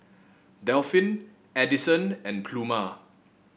Delphin Adyson and Pluma